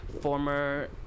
former